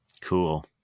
Cool